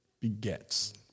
begets